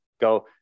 go